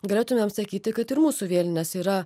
galėtumėm sakyti kad ir mūsų vėlinės yra